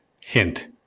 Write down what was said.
Hint